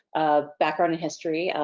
a background in history.